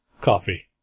coffee